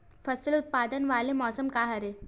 फसल उत्पादन वाले मौसम का हरे?